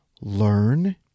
learn